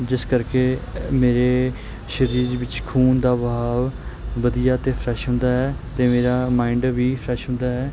ਜਿਸ ਕਰਕੇ ਮੇਰੇ ਸਰੀਰ ਵਿੱਚ ਖੂਨ ਦਾ ਬਹਾਵ ਵਧੀਆ ਅਤੇ ਫਰੈਸ਼ ਹੁੰਦਾ ਹੈ ਅਤੇ ਮੇਰਾ ਮਾਇੰਡ ਵੀ ਫਰੈਸ਼ ਹੁੰਦਾ ਹੈ